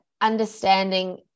understanding